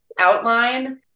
outline